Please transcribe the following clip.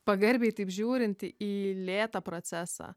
pagarbiai taip žiūrinti į lėtą procesą